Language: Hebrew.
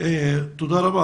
תודה רבה.